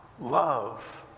love